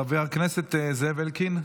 חבר הכנסת זאב אלקין,